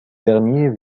derniers